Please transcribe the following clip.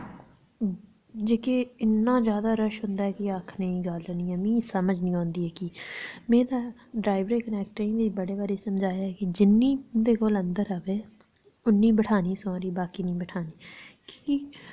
जेह्के इन्ना जादै रश होंदा ऐ कि आखने दी मिगी समझ निं औंदी कि में ना डरैबरें कंडक्टरें गी बी बड़े बारी समझाया ना कि जिन्नी उंदे कोल अंदर होवै उन्नी बैठानी सवारी बाकी निं बैठानी की